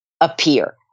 appear